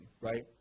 right